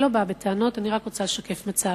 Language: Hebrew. אני לא באה בטענות, אני רק רוצה לשקף מצב.